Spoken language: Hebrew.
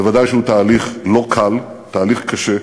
ודאי שהוא תהליך לא קל, הוא תהליך קשה.